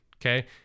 Okay